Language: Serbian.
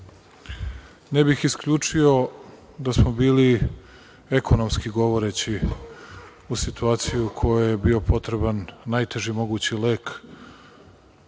ne bih isključio da smo bili, ekonomski govoreći u situaciji u kojoj je bio potreban najteži mogući lek